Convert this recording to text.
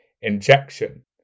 injection